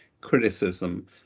criticism